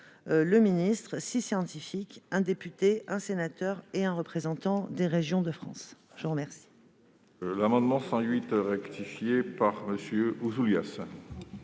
le ministre, six scientifiques, un député, un sénateur et un représentant de Régions de France. L'amendement